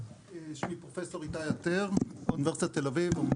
פרופ' איתי אטר, אוניברסיטת תל אביב.